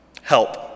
Help